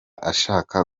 ashaka